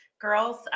girls